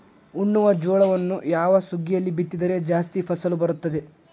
ಉಣ್ಣುವ ಜೋಳವನ್ನು ಯಾವ ಸುಗ್ಗಿಯಲ್ಲಿ ಬಿತ್ತಿದರೆ ಜಾಸ್ತಿ ಫಸಲು ಬರುತ್ತದೆ?